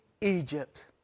Egypt